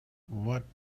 what